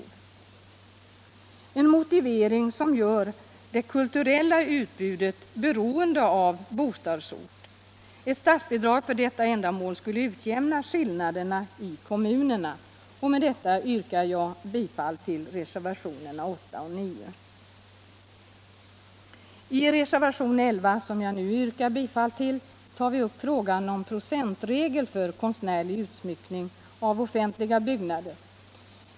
Det är en motivering som gör det kulturella utbudet beroende av bostadsort. Ett statsbidrag för detta ändamål skulle utjämna skillnaderna i kommunerna. I reservationen 11, som jag nu yrkar bifall till, tar vi upp frågan om procentregeln för konstnärlig utsmyckning av offentliga byggnader.